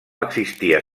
existia